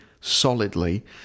solidly